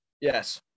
Yes